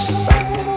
sight